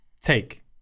take